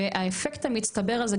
והאפקט המצטבר הזה,